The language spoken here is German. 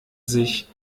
sich